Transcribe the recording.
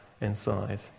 inside